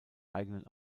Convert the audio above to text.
eigenen